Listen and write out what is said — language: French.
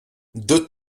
deux